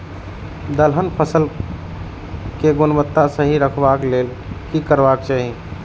दलहन फसल केय गुणवत्ता सही रखवाक लेल की करबाक चाहि?